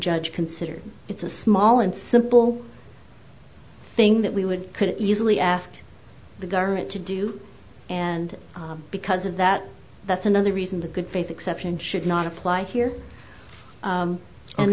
judge consider it's a small and simple thing that we would could easily ask the government to do and because of that that's another reason the good faith exception should not apply here